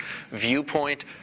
viewpoint